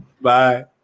Bye